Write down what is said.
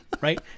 right